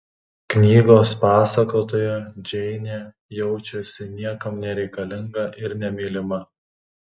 knygos pasakotoja džeinė jaučiasi niekam nereikalinga ir nemylima